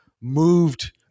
moved